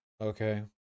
Okay